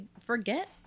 forget